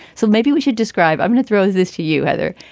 so maybe we should describe i'm gonna throw this to you, heather.